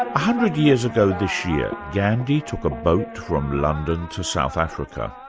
ah hundred years ago this year, gandhi took a boat from london to south africa.